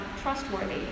trustworthy